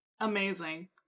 Amazing